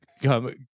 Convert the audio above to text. come